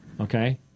Okay